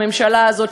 הממשלה הזאת,